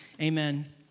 Amen